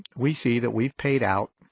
we see that we've paid out,